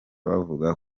bavuga